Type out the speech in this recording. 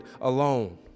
alone